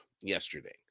yesterday